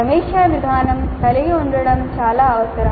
సమీక్షా విధానం కలిగి ఉండటం చాలా అవసరం